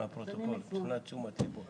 בתקופת תוקפן של תקנות הגבלת היציאה מישראל